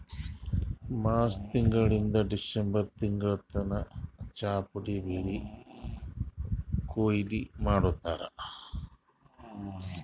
March ತಿಂಗಳಿಂದ್ December ತಿಂಗಳ್ ತನ ಚಾಪುಡಿ ಬೆಳಿ ಕೊಯ್ಲಿ ಮಾಡ್ತಾರ್